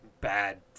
bad